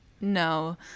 No